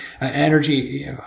energy